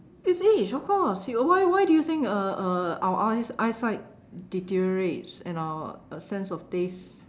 it's age of course why why do you think uh uh our our eyes eyesight deteriorate and our sense of taste